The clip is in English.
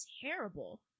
terrible